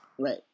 Right